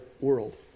world